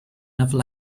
never